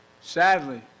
Sadly